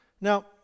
Now